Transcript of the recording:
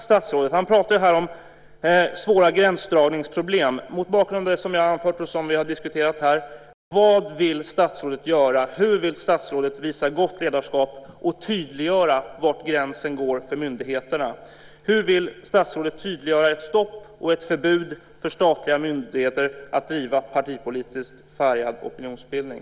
Statsrådet pratar om svåra gränsdragningsproblem. Mot bakgrund av det jag har anfört och vi har diskuterat här, vad vill statsrådet göra? Hur vill statsrådet visa gott ledarskap och tydliggöra var gränsen går för myndigheterna? Hur vill statsrådet tydliggöra ett stopp och ett förbud för statliga myndigheter att driva partipolitiskt färgad opinionsbildning?